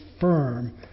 firm